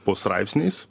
po straipsniais